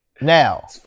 Now